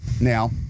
now